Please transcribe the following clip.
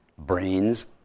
Brains